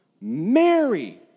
Mary